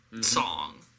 song